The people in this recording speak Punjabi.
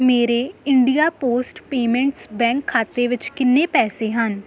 ਮੇਰੇ ਇੰਡੀਆ ਪੋਸਟ ਪੇਮੈਂਟਸ ਬੈਂਕ ਖਾਤੇ ਵਿੱਚ ਕਿੰਨੇ ਪੈਸੇ ਹਨ